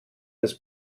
des